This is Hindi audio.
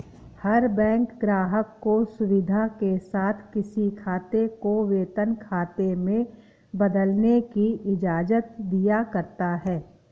हर बैंक ग्राहक को सुविधा के साथ किसी खाते को वेतन खाते में बदलने की इजाजत दिया करता है